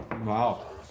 Wow